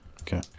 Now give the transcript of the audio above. Okay